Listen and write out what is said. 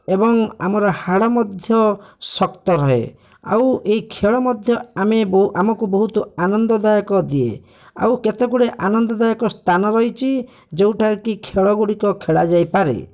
ଏବଂ ଆମର ହାଡ଼ ମଧ୍ୟ ଶକ୍ତ ରୁହେ ଆଉ ଏହି ଖେଳ ମଧ୍ୟ ଆମେ ଆମକୁ ବହୁତ ଆନନ୍ଦଦାୟକ ଦିଏ ଆଉ କେତେଗୁଡ଼ିଏ ଆନନ୍ଦଦାୟକ ସ୍ଥାନ ରହିଛି ଯେଉଁଟାକି ଖେଳଗୁଡ଼ିକ ଖେଳା ଯାଇପାରେ